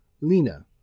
Lena